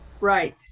Right